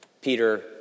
Peter